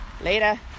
Later